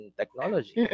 technology